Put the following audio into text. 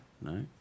no